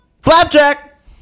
Flapjack